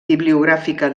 bibliogràfica